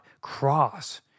cross